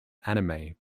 anime